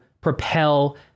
propel